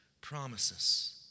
promises